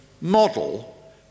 model